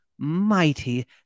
mighty